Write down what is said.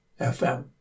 FM